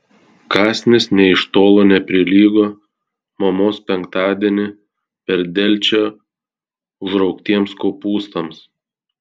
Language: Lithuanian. kąsnis nė iš tolo neprilygo mamos penktadienį per delčią užraugtiems kopūstams